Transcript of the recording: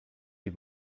die